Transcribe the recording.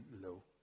low